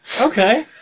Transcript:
Okay